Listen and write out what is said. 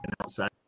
outside